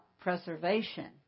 preservation